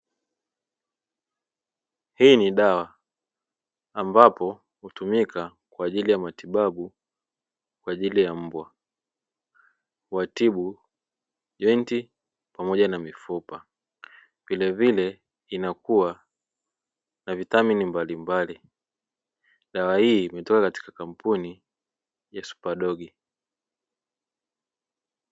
Hii ni dawa ambapo hutumika kwa ajili ya matibabu kwa ajili ya mbwa huwatibu jointi pamoja na mifupa. Vilevile inakuwa na vitamini mbalimbali, dawa hii umetoka katika kampuni ya "Super Dog".